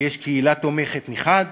ויש קהילה תומכת מחד